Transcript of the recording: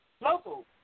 Local